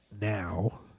now